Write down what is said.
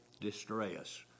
distress